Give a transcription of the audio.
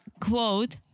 quote